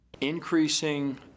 Increasing